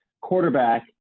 quarterback